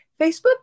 Facebook